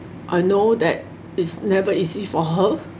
I know that it's never easy for her